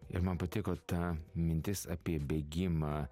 ir man patiko ta mintis apie bėgimą